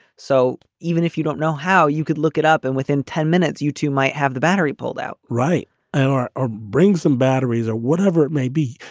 so even if you don't know how you could look it up and within ten minutes, you too might have the battery pulled out. right and or or bring some batteries or whatever it may be.